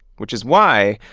which is why,